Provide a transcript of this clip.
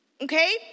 Okay